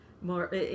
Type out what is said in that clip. more